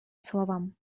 словам